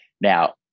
Now